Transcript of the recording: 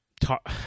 talk